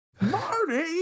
Marty